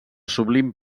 sublim